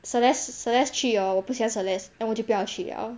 celeste celeste 去了我不喜欢 celeste then 我就不要去了